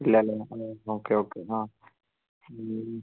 ഇല്ല അല്ലെ ആ ഓക്കേ ഓക്കേ ആ